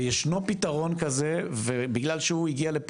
וישנו פתרון כזה ובגלל שהוא הגיע לארץ